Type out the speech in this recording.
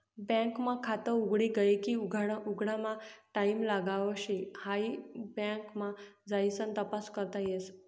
bank मा खात उघडी गये की उघडामा टाईम लागाव शे हाई बँक मा जाइसन तपास करता येस